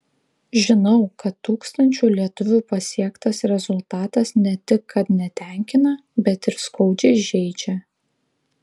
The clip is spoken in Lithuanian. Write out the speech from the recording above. žinau kad tūkstančių lietuvių pasiektas rezultatas ne tik kad netenkina bet ir skaudžiai žeidžia